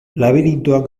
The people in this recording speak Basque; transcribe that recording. labirintoan